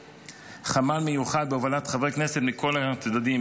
חמ"ל מיוחד בהובלת חברי כנסת מכל הצדדים,